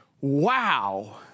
wow